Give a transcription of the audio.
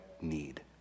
need